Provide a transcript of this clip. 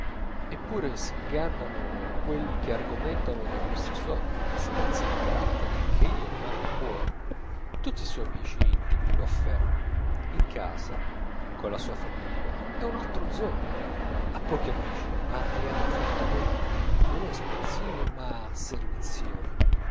eppure s'ingannano quelli che argomentano da questa sua asprezza di carattere ch'egli non abbia cuore tutti i suoi amici intimi lo affermano in casa colla sua famiglia è un altro zola ha pochi amici ma li ama fortemente non è espansivo ma servizievole